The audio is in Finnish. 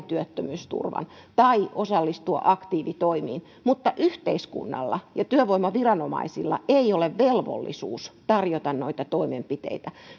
työttömyysturvan tai osallistua aktiivitoimiin mutta yhteiskunnalla ja työvoimaviranomaisilla ei ole velvollisuus tarjota noita toimenpiteitä